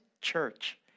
church